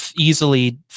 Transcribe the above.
easily